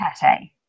pate